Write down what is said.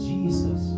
Jesus